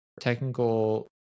technical